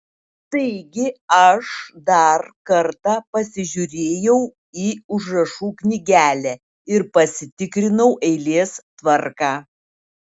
taigi aš dar kartą pasižiūrėjau į užrašų knygelę ir pasitikrinau eilės tvarką